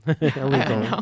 illegal